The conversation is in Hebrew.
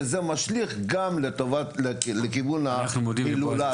וזה משליך גם לכיוון ההילולה,